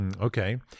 Okay